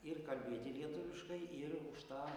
ir kalbėti lietuviškai ir už tą